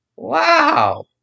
Wow